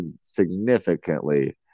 significantly